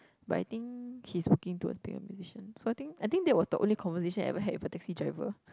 but I think he's working towards being a musician so I think I think that was the only conversation I ever had with a taxi driver